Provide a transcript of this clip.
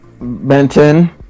Benton